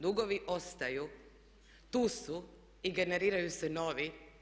Dugovi ostaju, tu su i generiraju se novi.